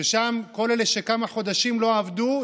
ששם כל אלה שכמה חודשים לא עבדו,